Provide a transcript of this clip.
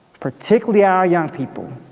particularly our young people,